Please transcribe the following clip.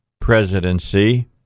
presidency